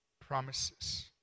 promises